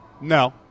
No